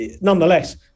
nonetheless